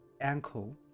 ankle